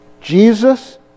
Jesus